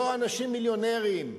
לא אנשים מיליונרים,